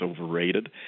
overrated